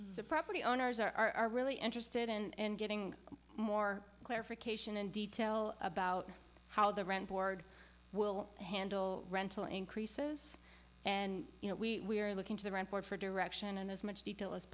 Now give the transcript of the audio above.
the property owners are really interested in and getting more clarification in detail about how the rent board will handle rental increases and you know we are looking to the right board for direction and as much detail as